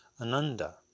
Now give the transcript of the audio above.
ananda